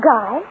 Guy